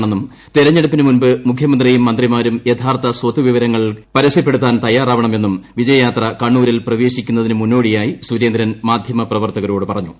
അഴിമതി സംസ്കാരം കേരളത്തിൽ തെരഞ്ഞെടുപ്പിന് മുൻപ്പ് മുഖ്യമന്ത്രിയും മന്ത്രിമാരും യഥാർത്ഥ സ്വത്ത് വിവരങ്ങൾ പ്ര്സ്യപ്പെടുത്താൻ തയ്യാറാവണമെന്നും വിജയയാത്ര കണ്ണൂരിൽ പ്രവേശിക്കുന്നതിന് മുന്നോടിയായി സുരേന്ദ്രൻ മാധ്യമ പ്രവർത്തകരോട് പറഞ്ഞു